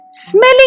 smelling